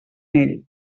ell